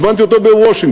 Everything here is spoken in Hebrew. הזמנתי אותו בוושינגטון,